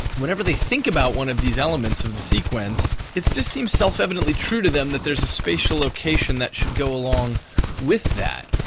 whenever they think about one of these elements of the sequence it just seems self evidently true to them that there's a spatial location that should go along with that.